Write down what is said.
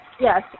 Yes